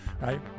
right